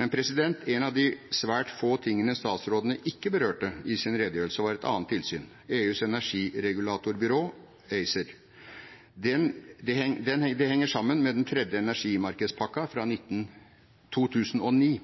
En av de svært få tingene statsråden ikke berørte i sin redegjørelse, var et annet tilsyn, EUs energiregulatorbyrå, ACER. Det henger sammen med den tredje energimarkedspakken fra 2009.